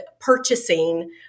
purchasing